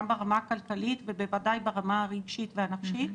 ברמה הכלכלית ובוודאי ברמה הרגשית והנפשית,